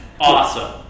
awesome